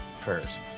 prayers